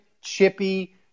chippy